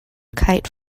kite